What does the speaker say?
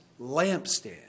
lampstand